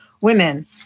women